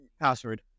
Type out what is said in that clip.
password